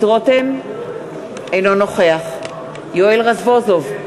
אינו נוכח יואל רזבוזוב,